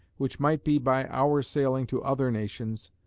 which might be by our sailing to other nations,